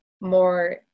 more